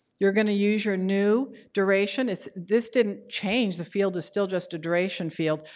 you're going to use your new duration, it's this didn't change. the field is still just a duration field,